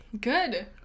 Good